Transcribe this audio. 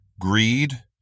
greed